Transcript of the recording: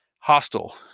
hostile